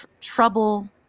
trouble